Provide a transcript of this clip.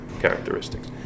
characteristics